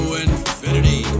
infinity